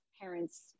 parents